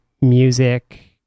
music